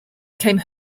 came